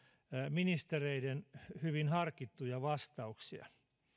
ministereiden hyvin harkittuja vastauksia